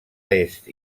est